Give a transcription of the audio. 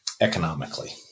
economically